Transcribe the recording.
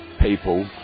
people